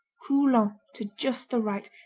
coulant to just the right,